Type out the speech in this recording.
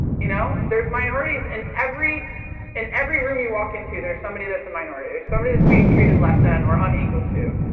you know there's minorities in every in every room you walk into, there's somebody that's a minority, there's somebody that's being treated less than or unequal it,